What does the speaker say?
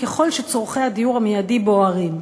ככל שצורכי הדיור המיידי בוערים.